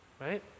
right